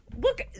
Look